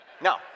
No